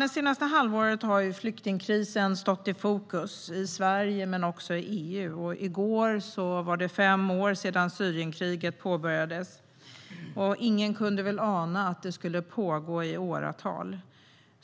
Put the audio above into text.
Det senaste halvåret, herr talman, har flyktingkrisen stått i fokus i Sverige men också i EU. I går var det fem år sedan Syrienkriget påbörjades. Ingen kunde väl ana att det skulle pågå i åratal.